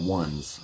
ones